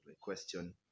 question